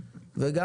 וגם,